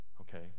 Okay